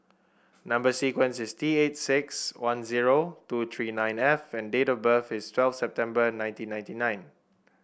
number sequence is T eight six one zero two three nine F and date of birth is twelve September nineteen ninety nine